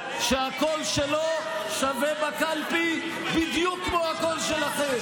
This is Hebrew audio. שהקול שלו שווה בקלפי בדיוק כמו הקול שלכם.